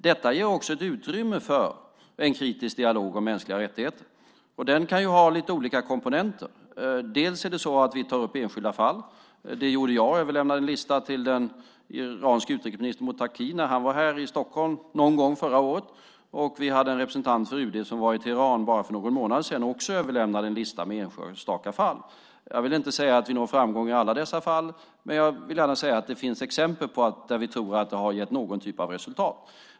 Detta ger också ett utrymme för en kritisk dialog om mänskliga rättigheter, och den kan ju ha lite olika komponenter. Vi tar till exempel upp enskilda fall. Det gjorde jag och överlämnade en lista till den iranske utrikesministern Mottaki när han var här i Stockholm någon gång förra året, och vi hade en representant för UD som var i Teheran bara för någon månad sedan och också överlämnade en lista med enstaka fall. Jag vill inte säga att vi når framgång i alla dessa fall, men jag vill gärna säga att det finns exempel där vi tror att det har gett någon typ av resultat.